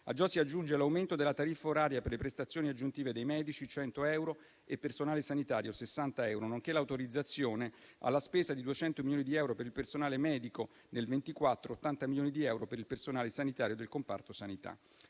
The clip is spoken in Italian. A ciò si aggiunge l'aumento della tariffa oraria per le prestazioni aggiuntive dei medici (100 euro) e del personale sanitario (60 euro), nonché l'autorizzazione alla spesa di 200 milioni di euro per il personale medico nel 2024 e di 80 milioni di euro per il personale sanitario del comparto sanità.